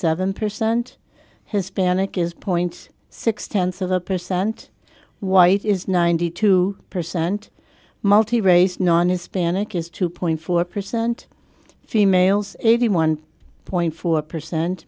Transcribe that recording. seven percent hispanic is point six tenths of a percent white is ninety two percent multi race non hispanic is two point four percent females eighty one point four percent